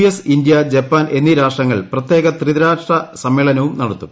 S India Japan എന്നീ രാഷ്ട്രങ്ങൾ പ്രത്യേക ത്രിരാഷ്ട്ര സമ്മേളനവും നടത്തും